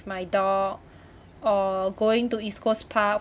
my dog or going to east coast park